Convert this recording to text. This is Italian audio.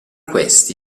questi